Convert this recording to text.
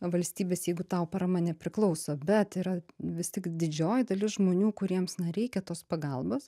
valstybės jeigu tau parama nepriklauso bet yra vis tik didžioji dalis žmonių kuriems na reikia tos pagalbos